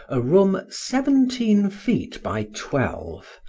a room seventeen feet by twelve,